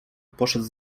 poszedł